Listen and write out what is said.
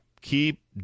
keep